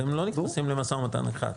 אתם לא נכנסים למשא ומתן אחד.